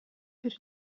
бир